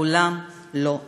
לעולם לא עוד.